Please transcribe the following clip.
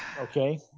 Okay